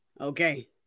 Okay